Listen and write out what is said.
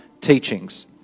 teachings